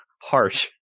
harsh